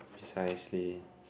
precisely